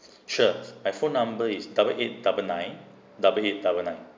sure my phone number is double eight double nine double eight double nine